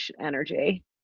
energy